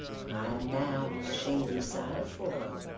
i am now on the shady side of forty,